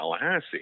Tallahassee